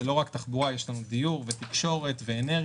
זו לא רק תחבורה, יש לנו דיור, תקשורת ואנרגיה